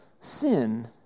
sin